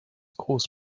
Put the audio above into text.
groß